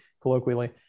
colloquially